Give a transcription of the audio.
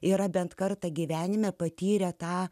yra bent kartą gyvenime patyrę tą